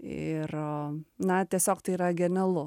ir na tiesiog tai yra genialu